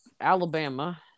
Alabama